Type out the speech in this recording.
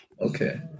Okay